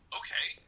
okay